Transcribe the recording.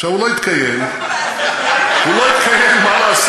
עכשיו, הוא לא התקיים, הוא לא התקיים, מה לעשות.